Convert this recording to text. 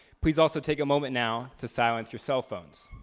please also take a moment now to silence your cell phones.